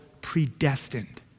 predestined